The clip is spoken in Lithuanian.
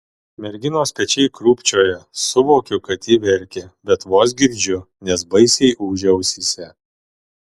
merginos pečiai krūpčioja suvokiu kad ji verkia bet vos girdžiu nes baisiai ūžia ausyse